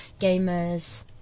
gamers